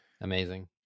Amazing